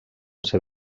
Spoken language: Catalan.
ser